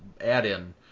add-in